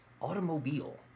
automobile